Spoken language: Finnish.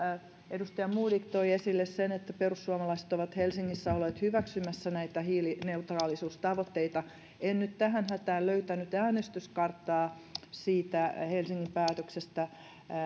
edustaja modig toi esille sen perussuomalaiset ovat helsingissä olleet hyväksymässä näitä hiilineutraalisuustavoitteita en nyt tähän hätään löytänyt äänestyskarttaa siitä helsingin päätöksestä sulkea